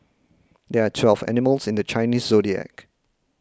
there are twelve animals in the Chinese zodiac